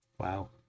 wow